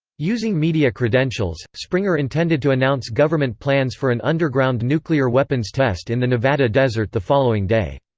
using media credentials, springer intended to announce government plans for an underground nuclear weapons test in the nevada desert the following day.